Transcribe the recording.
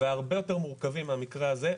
והרבה יותר מורכבים מהמקרה הזה,